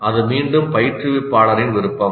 அது மீண்டும் பயிற்றுவிப்பாளரின் விருப்பம்